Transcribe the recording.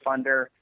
funder